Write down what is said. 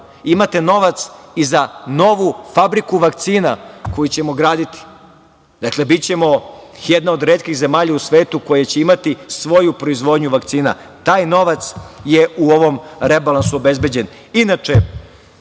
Imate novac i za novu fabriku vakcina koju ćemo graditi. Dakle, bićemo jedna od retkih zemalja u svetu koja će imati svoju proizvodnju vakcina. Taj novac je u ovom rebalansu obezbeđen. Inače,